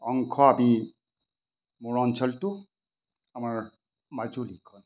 অংশ আমি মোৰ অঞ্চলটো আমাৰ মাজুলীখন